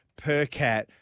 Percat